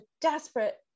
desperate